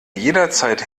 jederzeit